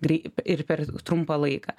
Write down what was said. grei ir per trumpą laiką